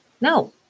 No